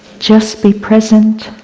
just be present.